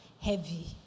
heavy